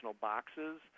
boxes